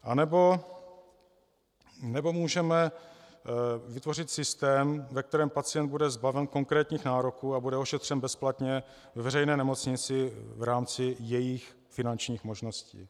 Anebo můžeme vytvořit systém, ve kterém pacient bude zbaven konkrétních nároků a bude ošetřen bezplatně ve veřejné nemocnici v rámci jejích finančních možností.